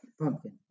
Pumpkin